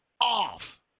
off